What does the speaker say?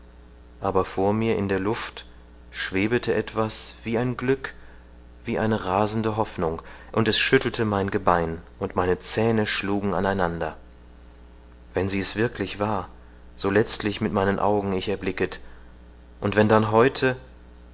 aber vor mir in der luft schwebete etwas wie ein glück wie eine rasende hoffnung und es schüttelte mein gebein und meine zähne schlugen an einander wenn sie es wirklich war so letzlich mit meinen eigenen augen ich erblicket und wenn dann heute